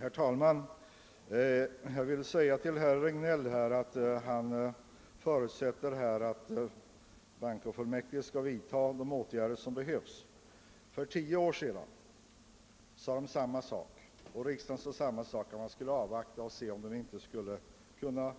Herr talman! Herr Regnéll förutsätter att bankofullmäktige kommer att vidta de åtgärder som behövs. Men man sade samma sak för tio år sedan; även då skulle man avvakta och se om inte riksbankskontoren kunde